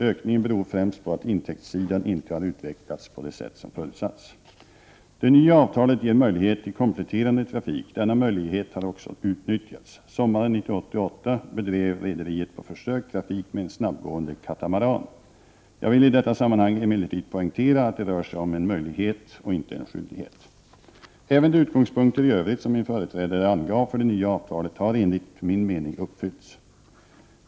Ökningen beror främst på att intäktssidan inte har utvecklats på det sätt som förutsatts. Det nya avtalet ger möjlighet till kompletterande trafik. Denna möjlighet har också utnyttjats. Sommaren 1988 bedrev rederiet på försök trafik med en snabbgående katamaran. Jag vill i detta sammanhang emellertid poängtera att det rör sig om en möjlighet och inte om en skyldighet. Även de utgångspunkter i övrigt som min företrädare angav för det nya avtalet har enligt min mening uppfyllts.